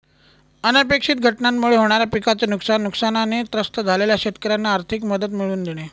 अनपेक्षित घटनांमुळे होणाऱ्या पिकाचे नुकसान, नुकसानाने त्रस्त झालेल्या शेतकऱ्यांना आर्थिक मदत मिळवून देणे